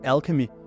Alchemy